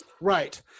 Right